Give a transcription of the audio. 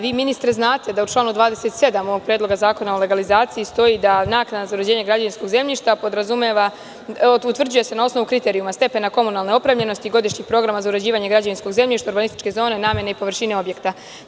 Vi ministre znate da u članu 27. ovog predloga Zakona o legalizaciji stoji da naknada za uređenje građevinskog zemljišta utvrđuje se na osnovu kriterijuma, stepena komunalne opremljenosti, godišnjih programa za uređivanje građevinskog zemljišta, urbanističke zone, namene i površine objekta.